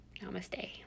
Namaste